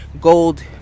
Gold